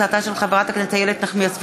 הצעתה של חברת הכנסת איילת נחמיאס ורבין,